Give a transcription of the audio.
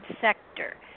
sector